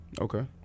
Okay